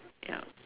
yup